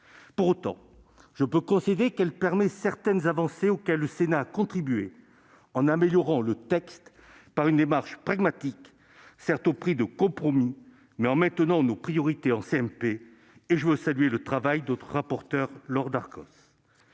Pour autant, je peux concéder qu'elle permet certaines avancées auxquelles le Sénat a contribué en améliorant le texte par une démarche pragmatique, certes au prix de compromis, mais en maintenant nos priorités en CMP. À cet égard, je veux saluer le travail de notre rapporteure Laure Darcos.